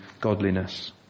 godliness